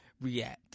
react